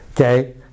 Okay